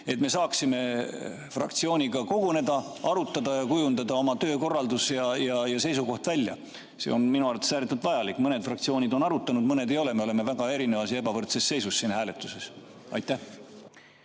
et me saaksime fraktsiooniga koguneda, arutada ja kujundada välja oma töökorraldus ja seisukoht. See on minu arvates ääretult vajalik. Mõned fraktsioonid on arutanud, mõned ei ole, me oleme väga erinevas ja ebavõrdses seisus siin hääletuses. Aitäh!